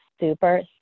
super